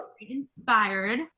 inspired